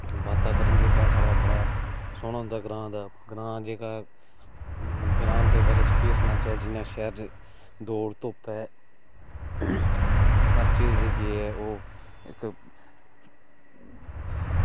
वातावरण जेह्का साढ़ा बड़ा सोह्ना होंदा ग्रांऽ दा ग्रांऽ च जेह्का ग्रांऽ दे बारै च केह् सनाचै जियां शैह्र च बोह्त धुप्प ऐ खर्चे जेह्के ओह्